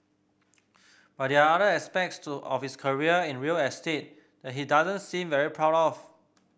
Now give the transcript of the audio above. but there are other aspects to of his career in real estate that he doesn't seem very proud of